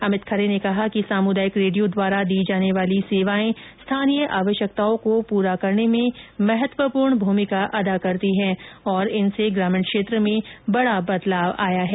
अभित खरे ने कहा कि सामुदायिक रेडियो द्वारा दी जाने वाली सेवायें स्थानीय आवश्यकताओं को पूरा करने में महत्वपूर्ण भूमिका अदा करती हैं और इनसे ग्रामीण क्षेत्र में बड़ा बदलाव आया है